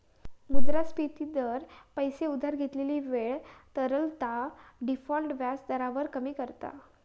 मुद्रास्फिती दर, पैशे उधार घेतलेली वेळ, तरलता, डिफॉल्ट व्याज दरांवर परिणाम करता